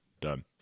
Done